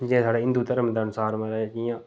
ते जि'यां मतलब साढ़े हिंदु घर्म दे अनुसार जि'यां